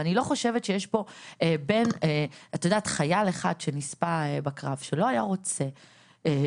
אבל אני לא חושבת שיש פה חייל אחד שנספה בקרב שלא היה רוצה את זה.